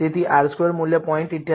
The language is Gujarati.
તેથી R સ્ક્વેર્ડ મૂલ્ય 0